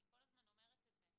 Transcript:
אני כל הזמן אומרת את זה.